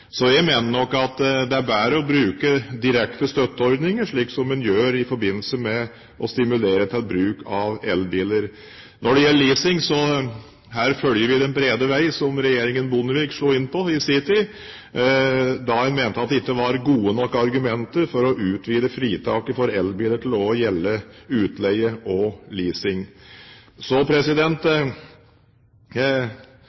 forbindelse med å stimulere til bruk av elbiler. Når det gjelder leasing, følger vi den brede vei, som regjeringen Bondevik slo inn på i sin tid. Da mente en at det ikke var gode nok argumenter for å utvide fritaket for elbiler til også å gjelde utleie og